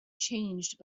changed